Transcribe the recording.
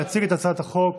יציג את הצעת החוק